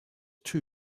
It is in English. too